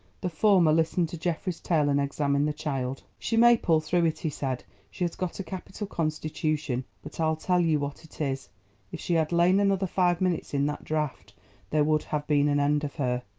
the former listened to geoffrey's tale and examined the child. she may pull through it, he said, she has got a capital constitution but i'll tell you what it is if she had lain another five minutes in that draught there would have been an end of her.